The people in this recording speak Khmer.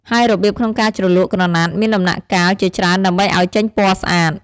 ហើយរបៀបក្នុងការជ្រលក់ក្រណាត់មានដំណាក់កាល ជាច្រើនដើម្បីអោយចេញពណ៌ស្អាត ។